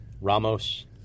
Ramos